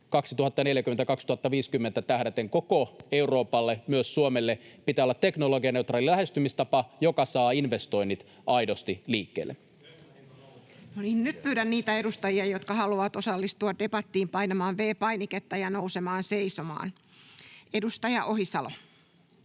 2040 ja 2050 koko Euroopalle, myös Suomelle. Pitää olla teknologianeutraali lähestymistapa, joka saa investoinnit aidosti liikkeelle. [Eduskunnasta: Bensan hinta nousee!] Nyt pyydän niitä edustajia, jotka haluavat osallistua debattiin, painamaan V-painiketta ja nousemaan seisomaan. — Edustaja Ohisalo.